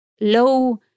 low